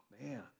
man